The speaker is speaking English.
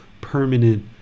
permanent